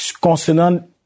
concernant